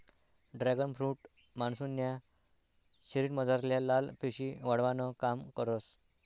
dragon fruit मानुसन्या शरीरमझारल्या लाल पेशी वाढावानं काम करस